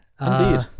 Indeed